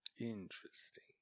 Interesting